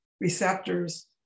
receptors